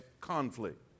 conflict